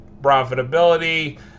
profitability